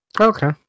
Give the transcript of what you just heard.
Okay